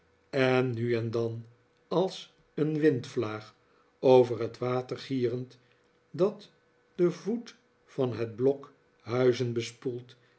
en nu en dan als een windvlaag over het water gierend dat den voet van het blok huizen bespoelt